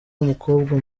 wumukobwa